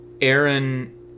Aaron